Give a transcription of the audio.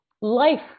life